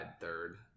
third